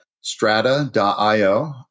strata.io